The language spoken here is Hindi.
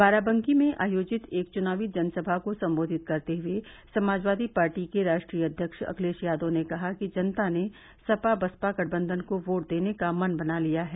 बाराबंकी में आयोजित एक चुनावी जनसभा को सम्बोधित करते हये समाजवादी पार्टी के राष्ट्रीय अध्यक्ष अखिलेश यादव ने कहा कि जनता ने सपा बसपा गठबंधन को बोर्ट देने का मन बना लिया है